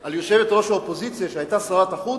על יושבת-ראש האופוזיציה, שהיתה שרת החוץ,